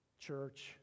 Church